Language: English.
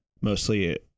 mostly